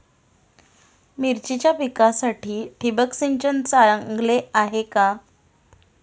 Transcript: मिरचीच्या पिकासाठी ठिबक सिंचन चांगले आहे का?